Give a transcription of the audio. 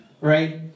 right